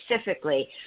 specifically